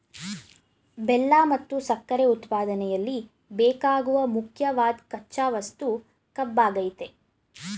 ಬೆಲ್ಲ ಮತ್ತು ಸಕ್ಕರೆ ಉತ್ಪಾದನೆಯಲ್ಲಿ ಬೇಕಾಗುವ ಮುಖ್ಯವಾದ್ ಕಚ್ಚಾ ವಸ್ತು ಕಬ್ಬಾಗಯ್ತೆ